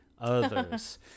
others